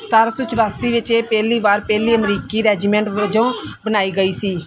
ਸਤਾਰ੍ਹਾਂ ਸੌ ਚੁਰਾਸੀ ਵਿੱਚ ਇਹ ਪਹਿਲੀ ਵਾਰ ਪਹਿਲੀ ਅਮਰੀਕੀ ਰੈਜੀਮੈਂਟ ਵਜੋਂ ਬਣਾਈ ਗਈ ਸੀ